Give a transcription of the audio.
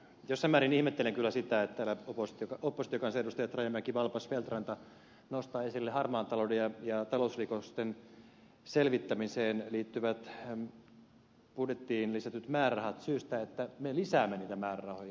jossain määrin ihmettelen kyllä sitä että täällä oppositiokansanedustajat rajamäki valpas feldt ranta nostavat esille harmaan talouden ja talousrikosten selvittämiseen liittyvät budjettiin lisätyt määrärahat syystä että me lisäämme niitä määrärahoja